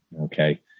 Okay